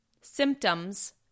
symptoms